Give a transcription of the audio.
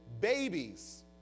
babies